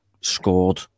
scored